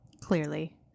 Clearly